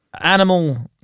animal